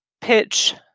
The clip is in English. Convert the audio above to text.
pitch